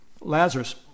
Lazarus